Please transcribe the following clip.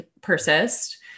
persist